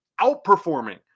outperforming